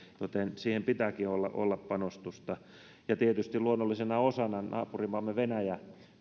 joten siihen pitääkin olla olla panostusta tietysti luonnollisena osana naapurimaastamme venäjästä